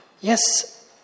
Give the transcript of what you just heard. Yes